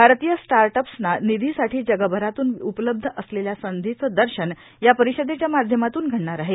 भारतीय स्टार्ट अप्सना निधीसाठी जगभरातून उपलब्ध असलेल्या संधींचे दर्शन या परिषदेच्या माध्यमातून घडणार आहे